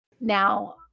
now